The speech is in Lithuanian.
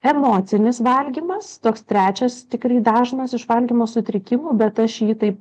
emocinis valgymas toks trečias tikrai dažnas iš valgymo sutrikimų bet aš jį taip